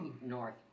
north